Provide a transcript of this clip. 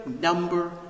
number